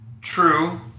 True